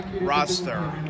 roster